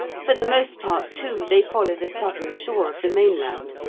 for the most part, too, they follow the southern shore of the mainland,